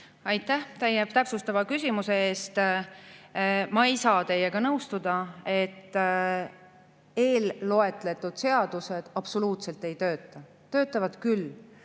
Aitäh täpsustava küsimuse eest! Ma ei saa teiega nõustuda, et eelloetletud seadused absoluutselt ei tööta. Töötavad küll,